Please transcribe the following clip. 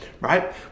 right